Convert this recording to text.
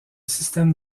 système